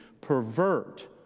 pervert